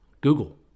Google